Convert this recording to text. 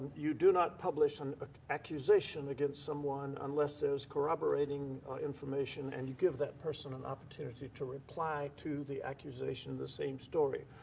you do not publish an ah accusation against someone unless there's corroborating information and you give that person an opportunity to reply to the accusation in the same story.